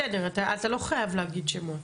בסדר, אתה לא חייב להגיד שמות.